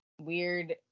weird